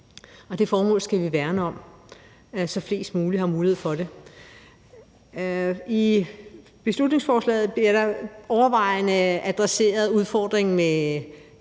Det formål skal vi værne om, så flest muligt har mulighed for det. I beslutningsforslaget adresseres overvejende udfordringen med